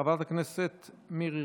חברת הכנסת מירי